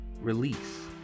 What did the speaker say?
release